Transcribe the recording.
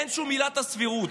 אין שום עילת הסבירות,